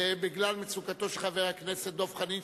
ובגלל מצוקתו של חבר הכנסת דב חנין,